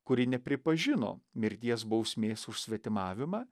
kuri nepripažino mirties bausmės už svetimavimą